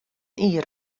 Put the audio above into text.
jier